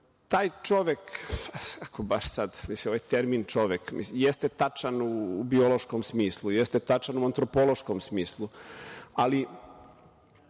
taj čovek, ako baš sad, ovaj termin „čovek“ jeste tačan u biološkom smislu, jeste tačan u antropološkom smislu, ali